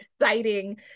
exciting